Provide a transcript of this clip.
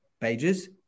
pages